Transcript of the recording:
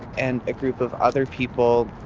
and a group of other people,